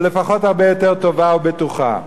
או לפחות הרבה יותר טובה ובטוחה.